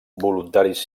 voluntaris